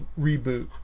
reboot